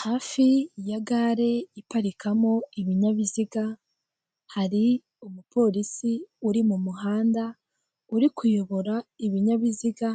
Hafi ya gare iparikamo ibinyabiziga, hari umupolisi uri mu muhanda, uri kuyobora ibinyabiziga